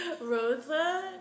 Rosa